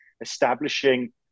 establishing